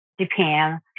Japan